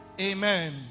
Amen